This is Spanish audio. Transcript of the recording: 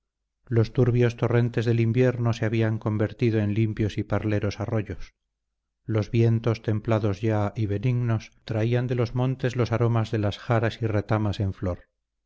los turbios torrentes del invierno se habían convertido en limpios y parleros arroyos los vientos templados ya y benignos traían de los montes los aromas de las jaras y retamas en flor